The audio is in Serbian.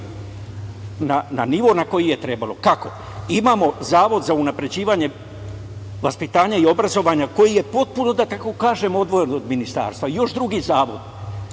na nivo na koji je trebalo. Kako? Imamo Zavod za unapređivanje vaspitanja i obrazovanja, koji je potpuno, da tako kažem, odvojen od ministarstva i još drugi zavod